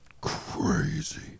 Crazy